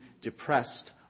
depressed